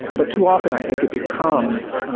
but too often i think it becomes,